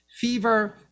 fever